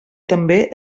també